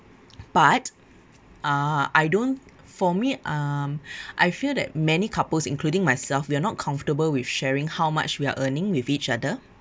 but uh I don't for me um I feel that many couples including myself we are not comfortable with sharing how much we are earning with each other